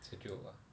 sejuk ah